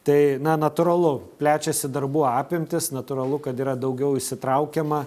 tai na natūralu plečiasi darbų apimtys natūralu kad yra daugiau įsitraukiama